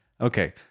Okay